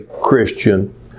Christian